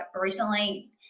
recently